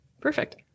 Perfect